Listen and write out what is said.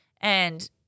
And-